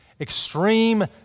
Extreme